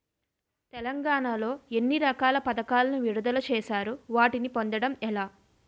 తెలంగాణ లో ఎన్ని రకాల పథకాలను విడుదల చేశారు? వాటిని పొందడం ఎలా?